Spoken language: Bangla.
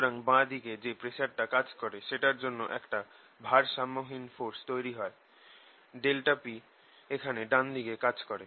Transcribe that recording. সুতরাং বাঁ দিকে যে প্রেসারটা কাজ করে সেটার জন্য একটা ভারসাম্যহীন ফোরস তৈরি হয় ∆p এখানে ডান দিকে কাজ করে